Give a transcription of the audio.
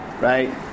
right